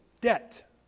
debt